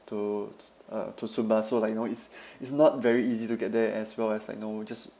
to t~ uh to sumba so like you know it's it's not very easy to get there as well as like you know just